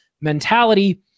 mentality